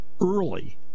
early